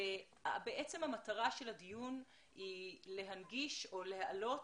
המטרה של הדיון היא להנגיש או להעלות